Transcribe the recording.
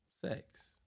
sex